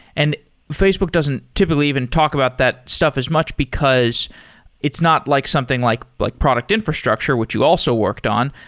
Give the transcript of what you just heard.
and facebook doesn't typically even talk about that stuff as much, because it's not like something like like product infrastructure, which you also worked on,